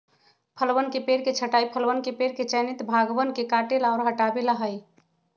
फलवन के पेड़ के छंटाई फलवन के पेड़ के चयनित भागवन के काटे ला और हटावे ला हई